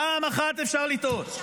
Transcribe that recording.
פעם אחת אפשר לטעות.